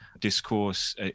discourse